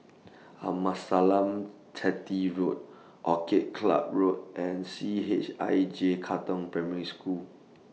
Amasalam Chetty Road Orchid Club Road and C H I J Katong Primary School